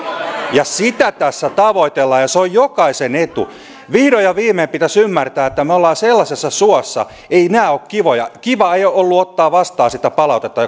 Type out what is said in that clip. sitä tässä tavoitellaan ja se on jokaisen etu vihdoin ja viimein pitäisi ymmärtää että me olemme sellaisessa suossa eivät nämä ole kivoja kivaa ei ole ollut ottaa vastaan sitä palautetta